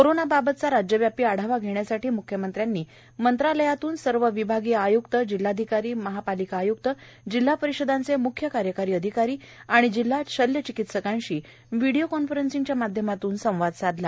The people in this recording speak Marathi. कोरोनाबाबतचा राज्यव्यापी आढावा घेण्यासाठी मुख्यमंत्र्यांनी मंत्रालयातून सर्व विभागीय आयुक्त जिल्हाधिकारी महापालिका आय़क्त जिल्हा परिषदेचे मुख्य कार्यकारी अधिकारी जिल्हा शल्यचिकित्सकांशी व्हिडीओ कॉन्फरन्सिंगदवारे संवाद साधला